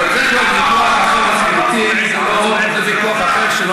אבל זה כבר ויכוח אחר לחלוטין.